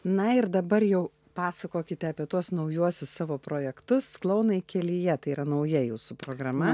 na ir dabar jau pasakokite apie tuos naujuosius savo projektus klounai kelyje tai yra nauja jūsų programa